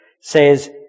says